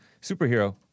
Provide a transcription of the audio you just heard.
superhero